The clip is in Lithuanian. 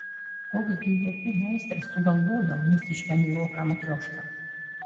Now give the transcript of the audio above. koks gi juokų meistras sugalvojo mūsiškę niūroką matriošką